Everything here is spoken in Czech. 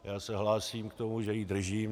Já se hlásím k tomu, že ji držím.